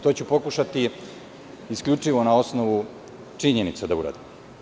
To ću pokušati isključivo na osnovu činjenica da uradim.